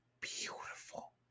beautiful